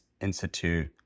Institute